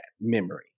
memory